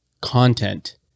content